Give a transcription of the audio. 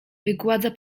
wygładza